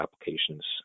applications